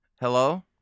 Hello